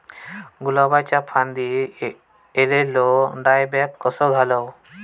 गुलाबाच्या फांदिर एलेलो डायबॅक कसो घालवं?